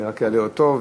אני רק אעלה אותו,